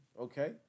okay